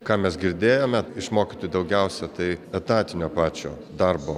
ką mes girdėjome iš mokytojų daugiausia tai etatinio pačio darbo